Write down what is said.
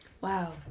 Wow